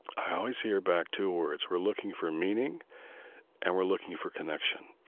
i always hear back two words. we're looking for meaning and we're looking for connection.